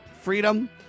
Freedom